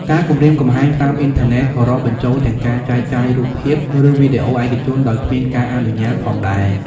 ការគំរាមកំហែងតាមអ៊ីនធឺណិតក៏រាប់បញ្ចូលទាំងការចែកចាយរូបភាព ឬវីដេអូឯកជនដោយគ្មានការអនុញ្ញាតផងដែរ។